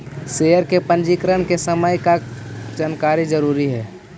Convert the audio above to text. share के पंजीकरण के समय का का जानकारी जरूरी हई